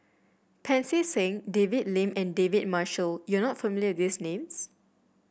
Pancy Seng David Lim and David Marshall you are not familiar these names